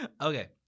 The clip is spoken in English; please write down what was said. Okay